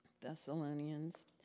Thessalonians